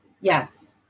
yes